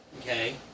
okay